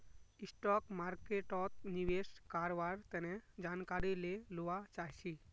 stock मार्केटोत निवेश कारवार तने जानकारी ले लुआ चाछी